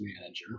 manager